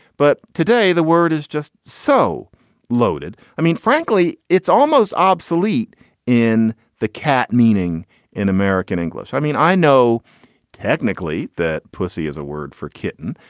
but today the word is just so loaded. i mean, frankly, it's almost obsolete in the cat, meaning in american english i mean, i know technically that pussy is a word for kitten,